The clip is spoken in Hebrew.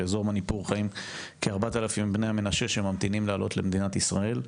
באזור מניפור חיים כ-4,000 בני המנשה שממתינים לעלות למדינת ישראל,